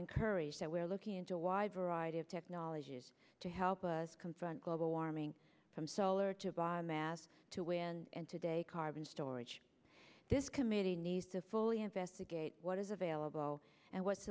encouraged that we are looking into a wide variety of technologies to help us confront global warming from solar to biomass to where and today carbon storage this committee needs to fully investigate what is available and what